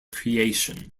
creation